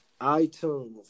iTunes